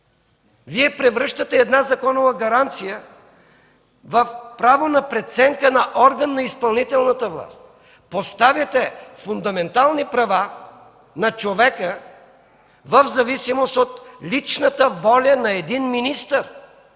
Вие превръщате една законова гаранция в право на преценка на орган на изпълнителната власт, поставяте фундаментални права на човека в зависимост от личната воля на един министър,